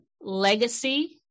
Legacy